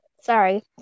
sorry